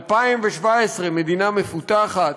2017, מדינה מפותחת,